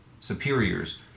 superiors